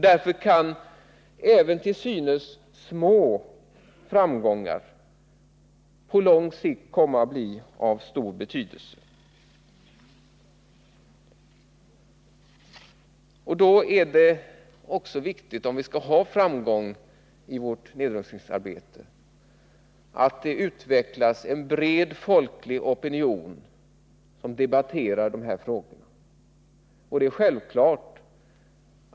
Därför kan även till synes små framgångar på lång sikt komma att bli av stor betydelse. Om vi skall ha framgång i vårt nedrustningsarbete är det viktigt att det utvecklas en bred folklig opinion och att man allmänt debatterar dessa frågor.